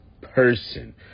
person